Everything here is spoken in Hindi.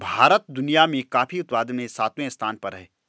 भारत दुनिया में कॉफी उत्पादन में सातवें स्थान पर है